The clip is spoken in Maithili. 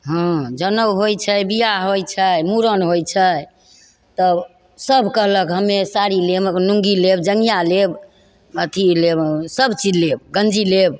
हँ जनउ होइ छै बिआह होइ छै मूड़न होइ छै तब सब कहलक हमे साड़ी लेब लुङ्गी लेब जँघिआ लेब अथी लेब सबचीज लेब गञ्जी लेब